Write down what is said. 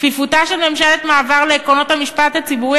"כפיפותה של ממשלת המעבר לעקרונות המשפט הציבורי